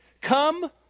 Come